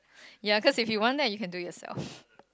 ya cause if you want that you can do it yourself